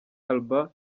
alba